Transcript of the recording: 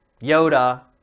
Yoda